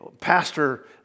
pastor